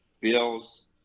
Bills